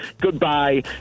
Goodbye